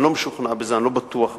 אני לא משוכנע בזה, אני לא בטוח בזה.